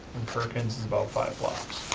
perkins is about five blocks.